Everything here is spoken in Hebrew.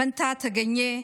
פנטה טגניה,